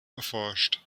erforscht